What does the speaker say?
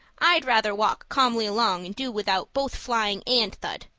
i'd rather walk calmly along and do without both flying and thud.